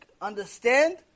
understand